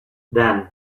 then